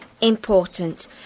important